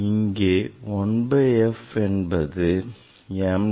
இங்கே 1 by f என்பது m lambda by S m square